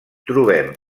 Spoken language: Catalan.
trobem